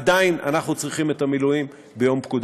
עדיין אנחנו צריכים את המילואים ביום פקודה.